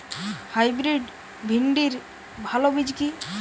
Hybrid ভিন্ডির ভালো বীজ কি?